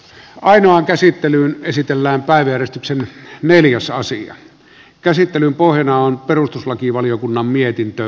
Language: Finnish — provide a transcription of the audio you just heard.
ainoan käsittelyyn esitellään päivystyksen neliössä asian käsittelyn pohjana on perustuslakivaliokunnan mietintö